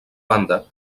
banda